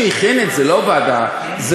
הביאו את זה לוועדה שלנו לפני חודשיים, וזה